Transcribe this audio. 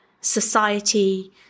society